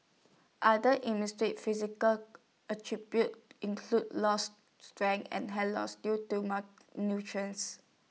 other industry physical attributes include lost strength and hair loss due to